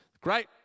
Great